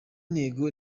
ntego